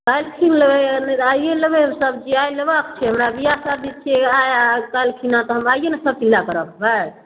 कल्हि किए लेबै आइए लेबै सब्जी आइ लेबाके छै हमरा बिआह शादी छिए आइ आओर कल्हिखना तऽ हम आइए ने सबचीज लऽ कऽ रखबै